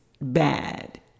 Bad